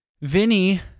Vinny –